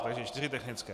Takže čtyři technické.